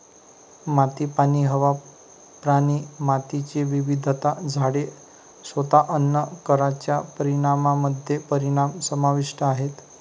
माती, पाणी, हवा, प्राणी, मातीची विविधता, झाडे, स्वतः अन्न कारच्या परिणामामध्ये परिणाम समाविष्ट आहेत